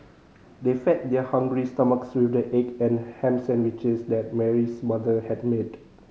they fed their hungry stomachs with the egg and ham sandwiches that Mary's mother had made